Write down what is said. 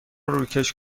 روکش